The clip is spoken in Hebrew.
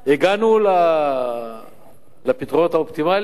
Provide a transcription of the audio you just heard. הגענו לפתרונות האופטימליים?